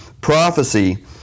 prophecy